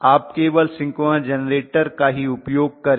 आप केवल synchronous generator का ही उपयोग करें